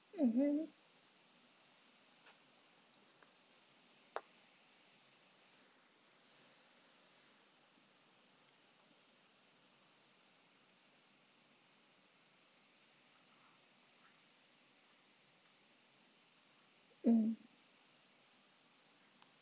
mmhmm mm mm